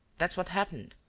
that's what happened.